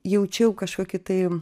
jaučiau kažkokį tai